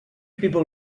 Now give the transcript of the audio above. people